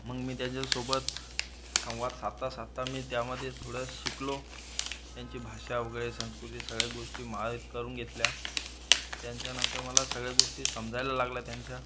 मग मी त्याच्यासोबत संवाद साधता साधता मी त्यामध्ये थोडं शिकलो त्यांची भाषा वगैरे संस्कृती सगळ्या गोष्टी माहीत करून घेतल्या त्यांच्या नंतर मला सगळ्या गोष्टी समजायला लागल्या त्यांच्या